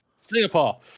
Singapore